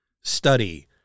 study